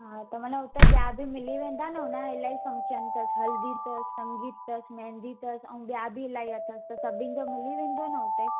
हा त मतलबु हुते ॿिया बि मिली वेंदा न हुन जा इलाही फ़ंक्शन अथसि हल्दी अथसि संगीत अथसि मेंदी अथसि ऐं ॿिया बि इलाही अथसि त सभिनी जो मिली वेंदो न हुते